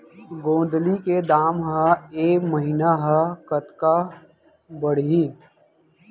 गोंदली के दाम ह ऐ महीना ह कतका बढ़ही?